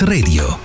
Radio